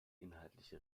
inhaltliche